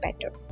better